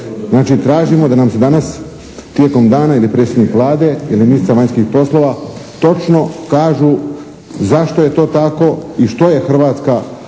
Znači tražimo da nam se danas tijekom dana ili predsjednik Vlade ili ministrica vanjskih poslova točno kažu zašto je to tako i što je Hrvatska